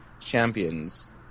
Champions